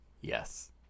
Yes